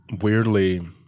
weirdly